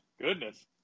goodness